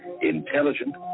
intelligent